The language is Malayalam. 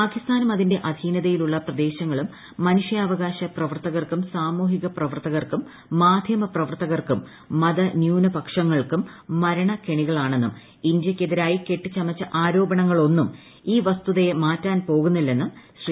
പാകിസ്ഥാനും അതിന്റെ അധീനതയിലുള്ള പ്രദേശങ്ങളും മനുഷ്യാവകാശ പ്രവർത്തകർക്കും സമൂഹിക പ്രവർത്തകർക്കും മാധ്യമപ്രവർത്തകർക്കും മത ന്യൂനപക്ഷങ്ങൾക്കും മരണക്കെണികളാണെന്നും ഇന്ത്യയ്ക്കെതിരായി കെട്ടിച്ചമച്ച ആരോപണങ്ങളൊന്നും ഈ വസ്തുതയെ മാറ്റാൻ പോകുന്നില്ലെന്നും ശ്രീ